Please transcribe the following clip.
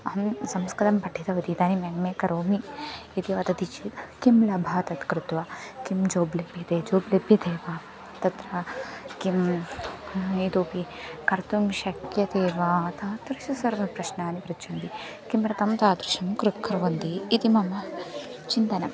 अहं संस्कृतं पठितवती इदानीम् एम् ए करोमि इति वदति चेत् कः लाभः तत् कृत्वा किं जोब् लभ्यते जोब् लब्यते व तत्र किम् इतोऽपि कर्तुं शक्यते वा तादृशाः सर्वे प्रश्नाः पृच्छन्ति किमर्थं तादृशं कृ कुर्वन्ति इति मम चिन्तनम्